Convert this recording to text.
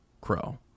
crow